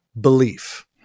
belief